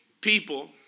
people